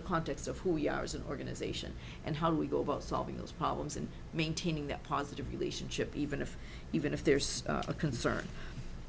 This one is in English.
the context of who we are as an organization and how we go about solving those problems and maintaining that positive relationship even if even if there's a concern